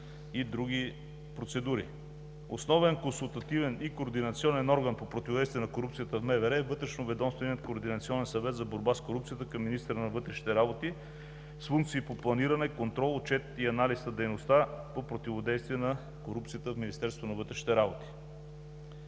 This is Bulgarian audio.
и други процедури. Основен консултативен и координационен орган по противодействие на корупцията в МВР е Вътрешноведомственият координационен съвет за борба с корупцията към министъра на вътрешните работи с функции по планиране, контрол, отчет и анализ на дейността по противодействие на корупцията в Министерството на вътрешните работи.